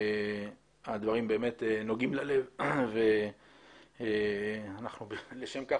הדברים באמת נוגעים ללב ואנחנו לשם כך